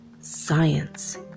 science